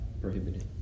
prohibited